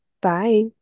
bye